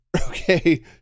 Okay